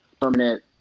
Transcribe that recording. permanent